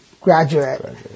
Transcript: graduate